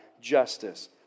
justice